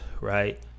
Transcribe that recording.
right